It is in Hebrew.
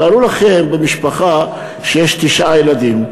תארו לכם משפחה שיש בה תשעה ילדים,